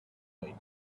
point